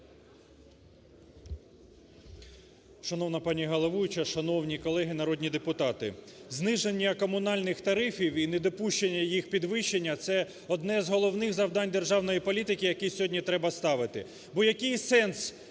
Шановна пані Головуюча, шановні колеги народні депутати. Зниження комунальних тарифів і недопущення їх підвищення – це одне з головних завдань державної політики яке сьогодні треба ставити. Бо який сенс